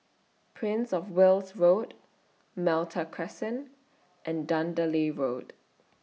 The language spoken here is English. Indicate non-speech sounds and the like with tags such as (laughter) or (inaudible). Prince of Wales Road Malta Crescent and (unintelligible) Road